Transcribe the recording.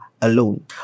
alone